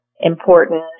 important